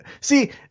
See